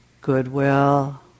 goodwill